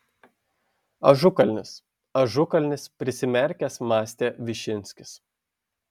ažukalnis ažukalnis prisimerkęs mąstė višinskis